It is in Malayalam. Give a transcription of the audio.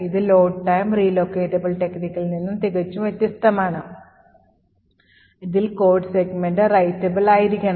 ഇത് ലോഡ് ടൈം റീലോക്കേറ്റബിൾ ടെക്നിക്ൽ നിന്ന് തികച്ചും വ്യത്യസ്തമാണ് അതിൽ കോഡ് സെഗ്മെന്റ് writable ആയിരിക്കണം